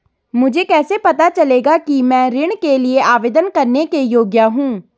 मुझे कैसे पता चलेगा कि मैं ऋण के लिए आवेदन करने के योग्य हूँ?